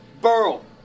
Burl